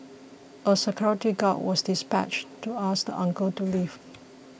a security guard was dispatched to ask the uncle to leave